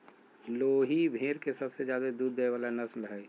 लोही भेड़ के सबसे ज्यादे दूध देय वला नस्ल हइ